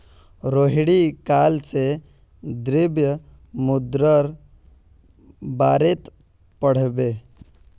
रोहिणी काल से द्रव्य मुद्रार बारेत पढ़बे